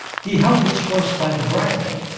he held his horse by the bridle,